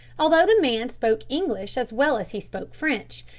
although the man spoke english as well as he spoke french,